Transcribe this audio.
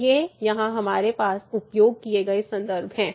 तो ये यहाँ हमारे उपयोग किए गए संदर्भ हैं